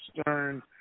stern